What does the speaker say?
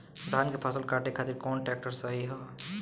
धान के फसल काटे खातिर कौन ट्रैक्टर सही ह?